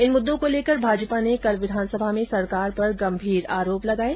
इन मुद्दो को लेकर भाजपा ने कल विधानसभा में सरकार पर गंभीर आरोप लगाये